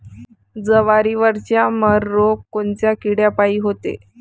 जवारीवरचा मर रोग कोनच्या किड्यापायी होते?